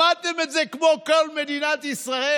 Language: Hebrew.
שמעתם את זה כמו כל מדינת ישראל,